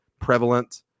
prevalent